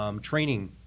training